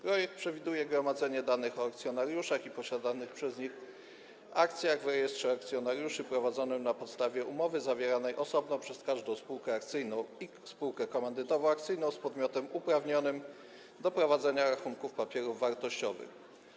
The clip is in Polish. Projekt przewiduje gromadzenie danych o akcjonariuszach i posiadanych przez nich akcjach w rejestrze akcjonariuszy prowadzonym na podstawie umowy zawieranej osobno przez każdą spółkę akcyjną i spółkę komandytowo-akcyjną z podmiotem uprawnionym do prowadzenia rachunków papierów wartościowych.